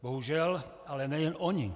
Bohužel ale nejen oni.